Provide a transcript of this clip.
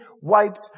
wiped